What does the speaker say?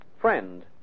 Friend